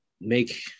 make